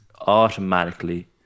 automatically